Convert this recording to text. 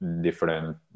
different